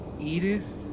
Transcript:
Edith